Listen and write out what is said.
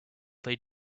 they